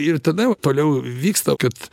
ir tada jau toliau vyksta kad